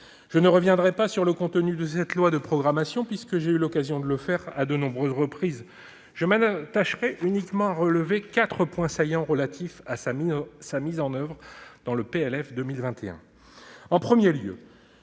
Je ne reviendrai pas sur le contenu de cette loi de programmation, puisque j'ai eu l'occasion de le faire à de nombreuses reprises. Je m'attacherai uniquement à relever quatre points saillants relatifs à sa mise en oeuvre dans le projet de